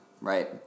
right